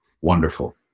wonderful